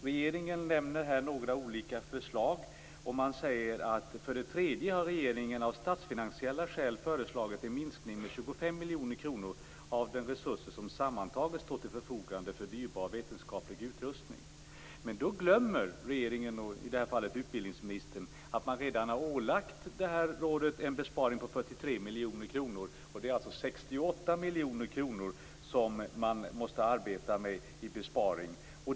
Regeringen nämner några olika förslag och skriver i svaret att "regeringen av statsfinansiella skäl föreslagit en minskning med 25 miljoner kronor av de resurser som sammantaget står till förfogande för dyrbar vetenskaplig utrustning". Då glömmer regeringen - i det här fallet utbildningsministern - att man redan har ålagt rådet en besparing på 43 miljoner kronor. Det handlar alltså om en besparing på 68 miljoner kronor.